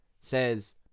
says